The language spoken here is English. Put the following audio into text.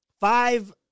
Five